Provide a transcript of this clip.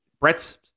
Brett's